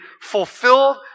fulfilled